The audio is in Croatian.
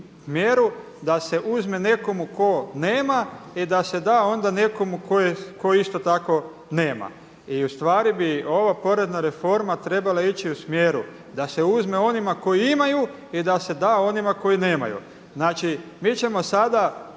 da se uzme nekomu tko nema i da se da onda nekomu tko isto tako nema. i ustvari bi ova porezna reforma trebala ići u smjeru da se uzme onima koji imaju i da se da onima koji nemaju. Znači mi ćemo sada